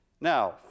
Now